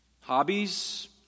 hobbies